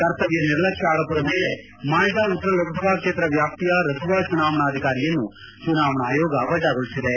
ಕರ್ತವ್ಯ ನಿರ್ಲಕ್ಷ್ಯ ಆರೋಪದ ಮೇಲೆ ಮಾಲ್ಡಾ ಉತ್ತರ ಲೋಕಸಭಾ ಕ್ಷೇತ್ರ ವ್ಯಾಪ್ತಿಯ ರತುವಾ ಚುನಾವಣಾಧಿಕಾರಿಯನ್ನು ಚುನಾವಣಾ ಆಯೋಗ ವಜಾಗೊಳಿಸಿದೆ